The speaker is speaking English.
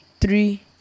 three